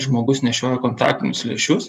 žmogus nešioja kontaktinius lęšius